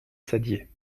saddier